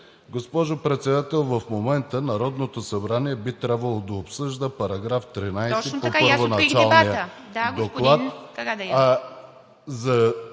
Госпожо Председател, в момента Народното събрание би трябвало да обсъжда § 13 по първоначалния доклад.